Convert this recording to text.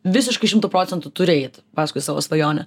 visiškai šimtu procentų turi eit paskui savo svajonę